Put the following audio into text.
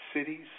cities